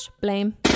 blame